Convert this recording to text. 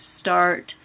start